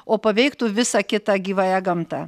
o paveiktų visą kitą gyvąją gamtą